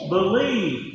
Believe